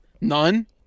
None